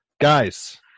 guys